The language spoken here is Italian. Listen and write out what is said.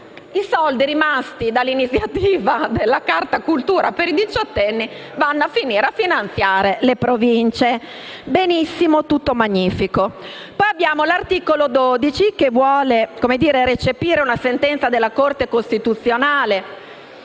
i soldi rimasti dall'iniziativa della carta cultura per i diciottenni vanno a finanziare le Province. Benissimo. È tutto magnifico. Poi abbiamo l'articolo 12, che vuole recepire una sentenza della Corte costituzionale